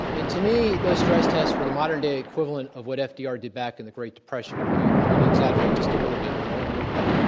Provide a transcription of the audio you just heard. and to me, those stress tests were the modern-day equivalent of what fdr did back in the great depression, he i'm going to exaggerate just a little bit but only a little bit.